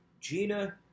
Gina